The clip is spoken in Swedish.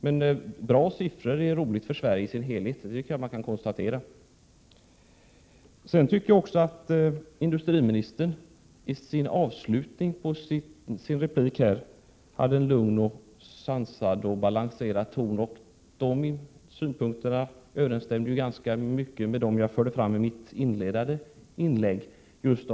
Men bra siffror är glädjande för Sverige i dess helhet, det tycker jag att man kan konstatera. Jag tycker att industriministern i slutet på sitt senaste inlägg hade en lugn, sansad och balanserad ton. De synpunkter han framförde överensstämde ganska mycket med dem som jag redovisade i mitt inledningsanförande.